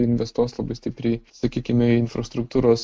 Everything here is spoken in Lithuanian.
investuos labai stipriai sakykime į infrastruktūros